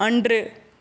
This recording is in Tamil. அன்று